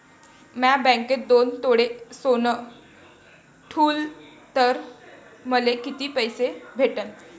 म्या बँकेत दोन तोळे सोनं ठुलं तर मले किती पैसे भेटन